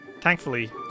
Thankfully